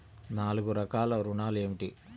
నాలుగు రకాల ఋణాలు ఏమిటీ?